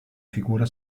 figura